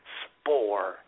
spore